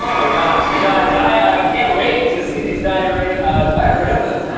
um ah gosh, you guys, i i can't wait to see these diarrhea dioramas